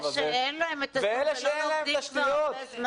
הזה --- ואלה שאין להם שאין להם את --- הם לא לומדים כבר הרבה זמן.